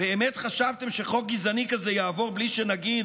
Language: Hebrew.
באמת חשבתם שחוק גזעני כזה יעבור בלי שנגיד